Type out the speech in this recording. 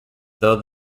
though